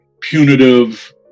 punitive